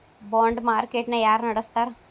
ಬಾಂಡ market ನ ಯಾರ ನಡಸ್ತಾರ?